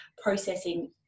processing